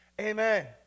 amen